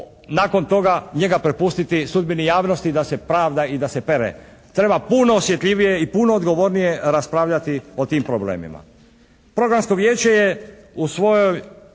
nakon toga njega prepustiti sudbini javnosti da se pravda i da se pere. Treba puno osjetljivije i puno odgovornije raspravljati o tim problemima.